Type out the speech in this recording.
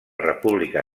república